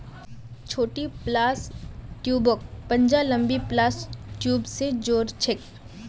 छोटी प्लस ट्यूबक पंजा लंबी प्लस ट्यूब स जो र छेक